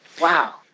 wow